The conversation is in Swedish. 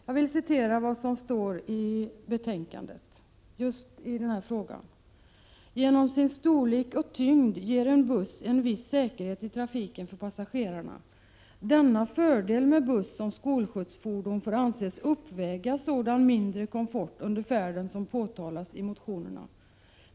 Jag vill citera vad som står i utskottsbetänkandet i den här frågan: ”Genom sin storlek och tyngd ger en buss en viss säkerhet i trafiken för passagerarna. Denna fördel med buss som skolskjutsfordon får anses uppväga sådan mindre komfort under färden som påtalas i motionerna.